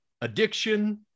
addiction